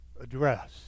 address